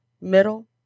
middle